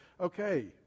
okay